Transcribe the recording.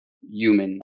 human